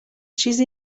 چیزی